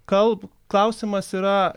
kalb klausimas yra